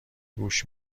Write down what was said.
گوش